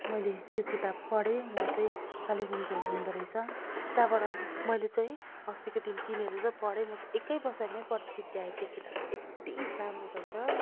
मैले त्यो किताब पढेँ उहाँ चाहिँ कालेबुङको हुनु हुँदो रहेछ त्यहाँबाट मैले चाहिँ अस्तिको दिन किनेर चाहिँ पढेँ म चाहिँ एकै बसाइमै पढी सिध्याएँ त्यो किताब चाहिँ यति राम्रो रहेछ